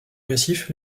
massif